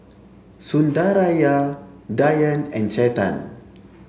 Sundaraiah Dhyan and Chetan